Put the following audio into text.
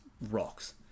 rocks